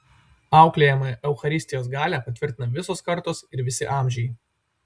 auklėjamąją eucharistijos galią patvirtina visos kartos ir visi amžiai